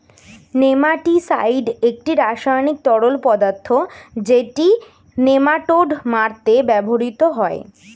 nematicide একটি রাসায়নিক তরল পদার্থ যেটি নেমাটোড মারতে ব্যবহৃত হয়